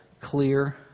clear